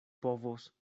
povos